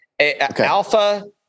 alpha